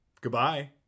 goodbye